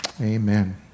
Amen